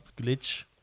glitch